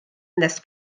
nes